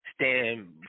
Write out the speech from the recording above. stand